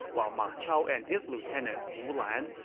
while ma chao and his lieutenant wu lan,